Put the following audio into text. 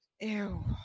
Ew